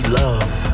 love